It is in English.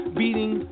beating